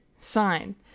sign